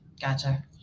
Gotcha